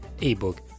ebook